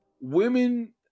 Women